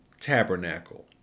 tabernacle